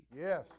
Yes